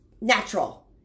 natural